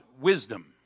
wisdom